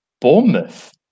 Bournemouth